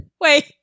Wait